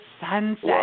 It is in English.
sunset